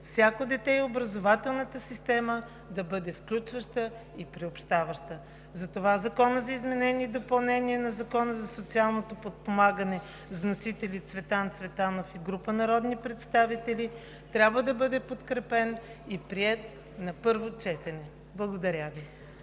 всяко дете и образователната система да бъде включваща и приобщаваща. Затова Законът за изменение и допълнение на Закона за социално подпомагане с вносители Цветан Цветанов и група народни представители трябва да бъде подкрепен и приет на първо четене. Благодаря Ви.